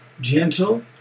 gentle